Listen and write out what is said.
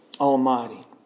Almighty